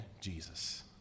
Jesus